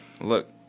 look